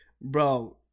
bro